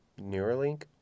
Neuralink